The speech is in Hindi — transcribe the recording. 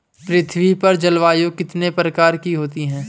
पृथ्वी पर जलवायु कितने प्रकार की होती है?